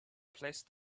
placed